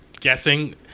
guessing